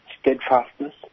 steadfastness